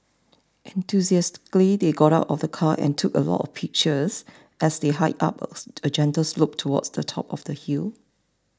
enthusiastically they got out of the car and took a lot of pictures as they hiked up a gentle slope towards the top of the hill